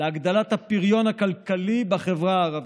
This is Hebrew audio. להגדלת הפריון הכלכלי בחברה הערבית.